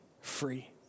free